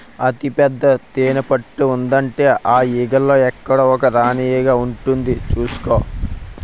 అంత పెద్ద తేనెపట్టు ఉందంటే ఆ ఈగల్లో ఎక్కడో ఒక రాణీ ఈగ ఉంటుంది చూసుకో